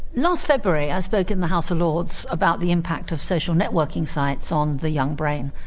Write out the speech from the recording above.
last february i spoke in the house of lords about the impact of social networking sites on the young brain,